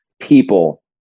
people